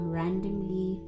randomly